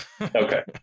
okay